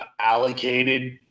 allocated